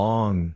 Long